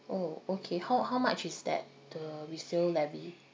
orh okay how how much is that the resale levy